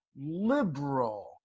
liberal